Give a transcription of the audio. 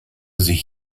sich